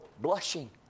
blushing